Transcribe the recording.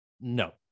no